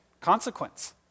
consequence